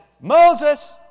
moses